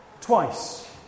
twice